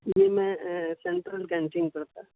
جی میں central canteen پر تھا